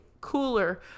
cooler